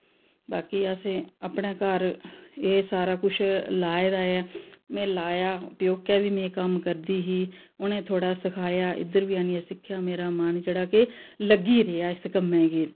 ता कि असें अपनें घर एह् सारा कुछ लाए दा ऐ में लाया प्यौकै बी में कम्म करदी ही उ'नें सब मिं थोह्ड़ा सखाया इत्थै बी आह्नियें सिक्खेआ मेरा मन जेह्ड़ा केह् लग्गी रेआ इस कम्मै गी